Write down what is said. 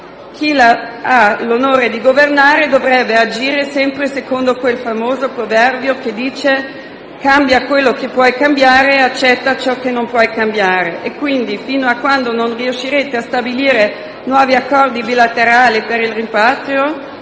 Chi ha l'onore di governare, dovrebbe agire sempre secondo quel famoso proverbio che dice: «cambia quello che puoi cambiare e accetta ciò che non puoi cambiare». E quindi, fino a quando non riuscirete a stabilire nuovi accordi bilaterali per il rimpatrio,